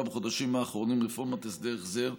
בחודשים האחרונים רפורמת "הסדר-החזר"